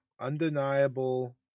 undeniable